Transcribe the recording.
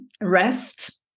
rest